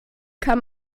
kann